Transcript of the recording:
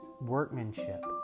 workmanship